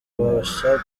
babasha